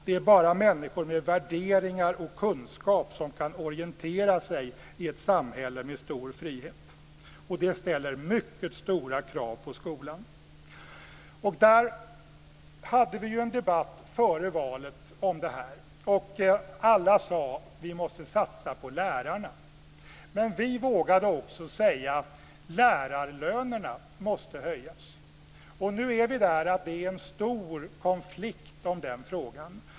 Det är bara människor med värderingar och kunskap som kan orientera sig i ett samhälle med stor frihet. Detta ställer mycket höga krav på skolan. Vi hade en debatt före valet om det här. Alla sade att vi måste satsa på lärarna. Vi vågade också säga att lärarlönerna måste höjas. Nu är det en stor konflikt om den frågan.